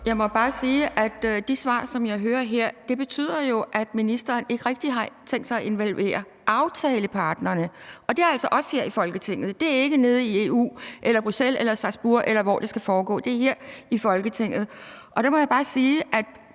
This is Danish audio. Jeg må bare sige, at de svar, som jeg hører her, jo betyder, at ministeren ikke rigtig har tænkt sig at involvere aftalepartnerne, og det er altså os her i Folketinget; det er ikke nede i EU, Bruxelles eller Strasbourg, eller hvor det skal foregå, men her i Folketinget. Der må jeg bare sige, at